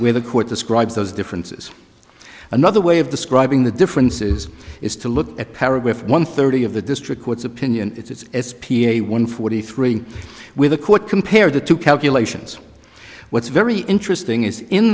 where the court describes those differences another way of describing the differences is to look at paragraph one thirty of the district court's opinion it's p a one forty three with the court compare the two calculations what's very interesting is in